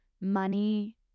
money